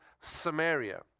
Samaria